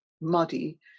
muddy